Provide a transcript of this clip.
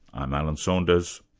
i'm alan saunders.